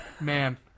Man